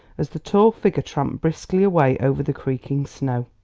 as the tall figure tramped briskly away over the creaking snow.